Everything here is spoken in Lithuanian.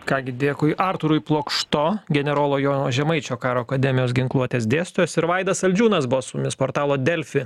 ką gi dėkui artūrui plokšto generolo jono žemaičio karo akademijos ginkluotės dėstytojas ir vaidas saldžiūnas buvo su mumis portalo delfi